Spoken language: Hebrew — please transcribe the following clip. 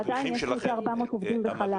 עדיין יש לי כ-400 עובדים בחל"ת.